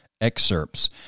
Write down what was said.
excerpts